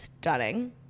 stunning